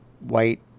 White